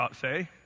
say